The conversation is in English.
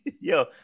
Yo